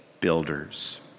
builders